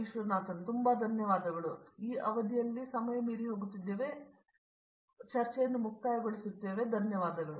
ವಿಶ್ವನಾಥನ್ ತುಂಬಾ ಧನ್ಯವಾದಗಳು